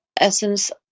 essence